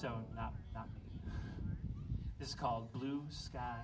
so it's called blue sky